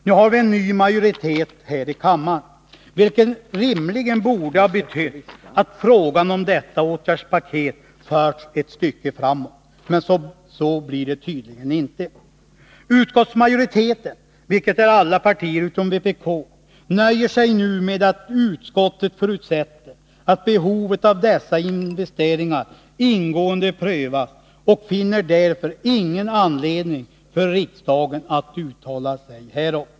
Nu har vi en ny majoritet här i kammaren, vilket rimligen borde ha betytt att frågan om detta åtgärdspaket förts ett stycke framåt. Men så blir det tydligen inte. Utskottsmajoriteten — vilket är alla partier utom vpk — nöjer sig nu med att utskottet ”förutsätter att behovet av dessa investeringar ingående prövas och finner därför ingen anledning för riksdagen att uttala sig härom”.